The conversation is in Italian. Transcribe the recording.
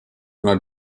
una